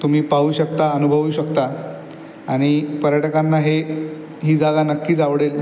तुम्ही पाहू शकता अनुभवू शकता आणि पर्यटकांना हे ही जागा नक्कीच आवडेल